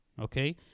okay